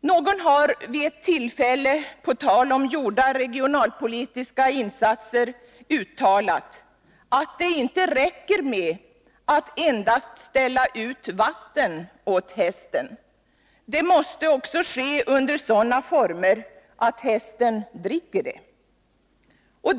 Någon har vid ett tillfälle, på tal om gjorda regionalpolitiska insatser, uttalat att det inte räcker med att endast ställa ut vatten åt hästen. Det måste också ske under sådana former att hästen dricker det.